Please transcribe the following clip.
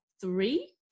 Three